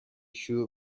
شروع